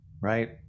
right